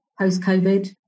post-COVID